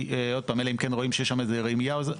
אלא אם כן רואים שיש שם רמייה או זה,